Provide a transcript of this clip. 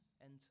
enter